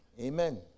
Amen